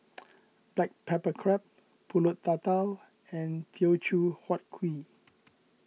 Black Pepper Crab Pulut Tatal and Teochew Huat Kuih